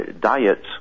diet